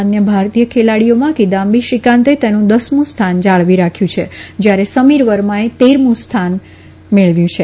અન્ય ભારતીય ખેલાડીઓમાં કિદમ્બી શ્રીકાંતે તેનું દસમું સ્થાન જાળવી રાખ્યું છે જયારે સમીર વર્માએ તેરમું સ્થાન મેળવ્યું છે